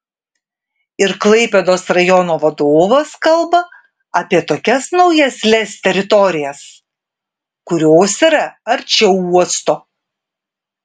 ir klaipėdos rajono vadovas kalba apie tokias naujas lez teritorijas kurios yra arčiau uosto